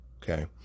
Okay